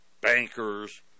Bankers